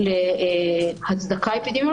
ואנחנו לא נבטל את אפשרות הבדיקה.